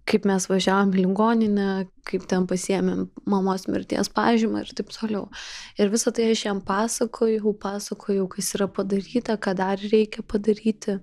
kaip mes važiavom į ligoninę kaip ten pasiėmėm mamos mirties pažymą ir taip toliau ir visa tai aš jam pasakojau pasakojau kas yra padaryta ką dar reikia padaryti